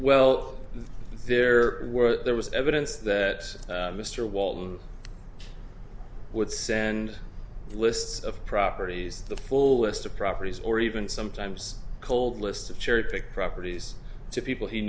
well there were there was evidence that mr walton would send lists of properties the full list of properties or even sometimes cold list of cherry picked properties to people he